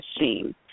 machine